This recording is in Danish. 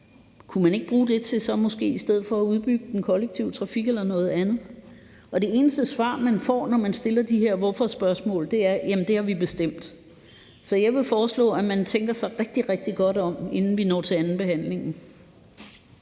Kunne man ikke bruge det til i stedet så at udbygge den kollektive trafik eller noget andet? Det eneste svar, man får, når man stiller de her »hvorfor«-spørgsmål, er: Jamen det har vi bestemt. Så jeg vil foreslå, at man tænker sig rigtig, rigtig godt om, inden vi når til andenbehandlingen.